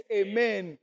amen